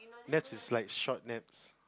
naps is like short naps